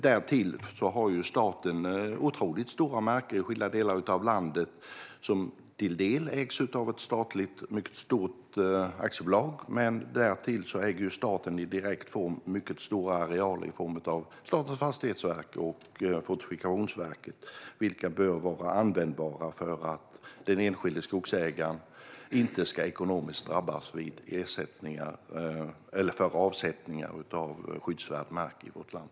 Därtill har staten otroligt stora marker i skilda delar av landet, som till en del ägs av ett statligt, mycket stort aktiebolag. Staten äger även direkt genom Statens fastighetsverk och Fortifikationsverket mycket stora arealer som bör vara användbara för att den enskilde skogsägaren inte ska drabbas ekonomiskt vid avsättningar av skyddsvärd mark i vårt land.